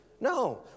No